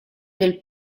del